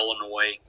Illinois